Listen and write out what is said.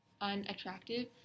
unattractive